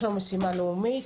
יש לנו משימה לאומית,